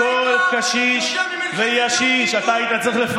על כל קשיש וישיש אתה היית צריך,